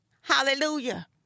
hallelujah